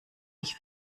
ich